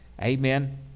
Amen